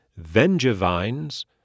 Vengevines